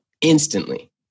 instantly